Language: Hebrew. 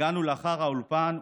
הגענו לאחר האולפן,